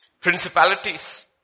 Principalities